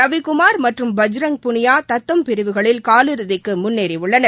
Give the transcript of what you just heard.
ரவிக்குமா் மற்றும் பஜ்ரங் புனியா தத்தம் பிரிவுகளில் கால் இறுதிக்கு முன்னேறியுள்ளனர்